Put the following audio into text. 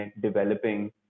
developing